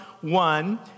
one